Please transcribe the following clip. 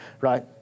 right